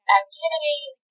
activities